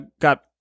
got